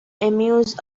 amuse